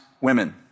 women